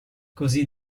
così